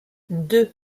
deux